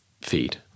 feed